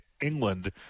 England